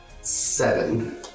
Seven